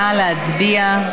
נא להצביע.